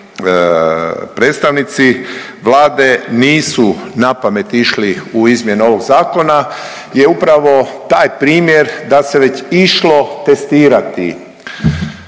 predstavnici Vlade nisu napamet išli u izmjene ovog zakona je upravo taj primjer da se već išlo testirati